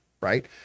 right